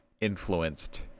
influenced